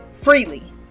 freely